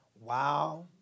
Wow